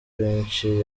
benshi